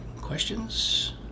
questions